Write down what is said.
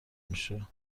میشه